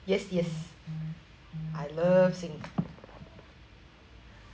yes yes I love singing